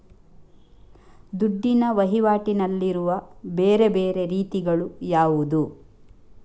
ದುಡ್ಡಿನ ವಹಿವಾಟಿನಲ್ಲಿರುವ ಬೇರೆ ಬೇರೆ ರೀತಿಗಳು ಯಾವುದು?